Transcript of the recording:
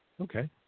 Okay